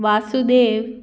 Vasudev